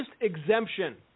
exemption